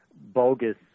bogus